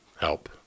help